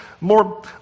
more